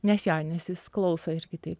nes jo nes jis klauso irgi tai